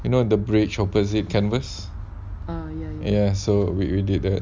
you know the bridge opposite canvas ya so we we did that